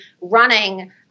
running